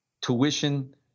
Tuition